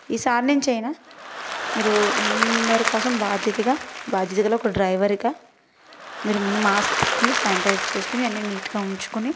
ఈ సారినుంచైనా మీరు అందరికోసం బాధ్యతగా బాధ్యతగల ఒక డ్రైవర్గా మీరు ముందు మాస్క్ పెట్టుకొని శానిటైజర్ చేసుకొని అన్నీ నీట్గా ఉంచుకొని